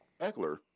Eckler